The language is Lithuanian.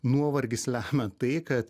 nuovargis lemia tai kad